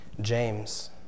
James